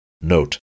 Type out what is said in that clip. Note